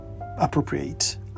appropriate